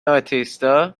آتئیستا